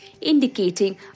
indicating